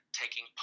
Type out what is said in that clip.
taking